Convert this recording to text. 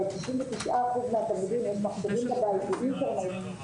ל-99 אחוז מהתלמידים יש מחשבים בבית עם אינטרנט,